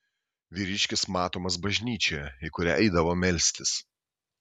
vyriškis matomas bažnyčioje į kurią eidavo melstis